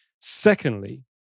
Secondly